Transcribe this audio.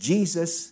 Jesus